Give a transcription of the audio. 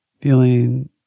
feeling